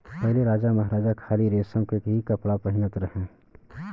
पहिले राजामहाराजा खाली रेशम के ही कपड़ा पहिनत रहे